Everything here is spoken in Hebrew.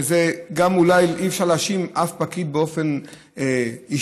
ואולי אי-אפשר להאשים אף פקיד באופן אישי,